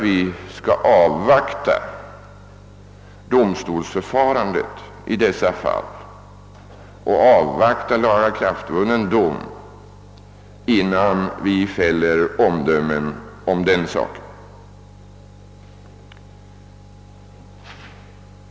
Vi bör avvakta domstolsförfarandet och lagakraftvunnen dom innan vi fäller några omdömen.